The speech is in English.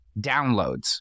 downloads